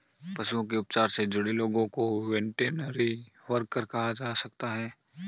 पशुओं के उपचार से जुड़े लोगों को वेटरनरी वर्कर कहा जा सकता है